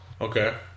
okay